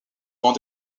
banc